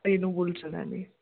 Renu Moolchandani